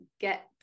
get